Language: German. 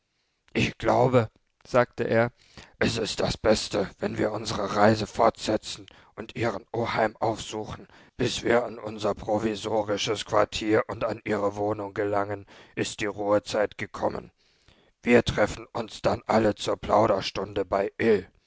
ich glaube sagte er es ist das beste wenn wir unsere reise fortsetzen und ihren oheim aufsuchen bis wir an unser provisorisches quartier und an ihre wohnung gelangen ist die ruhezeit gekommen wir treffen uns dann alle zur plauderstunde bei